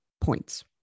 points